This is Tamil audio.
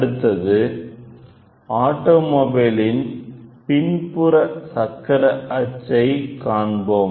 அடுத்தது ஆட்டோமொபைல் இன் பின்புற சக்கர அச்சை காண்போம்